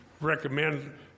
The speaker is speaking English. recommend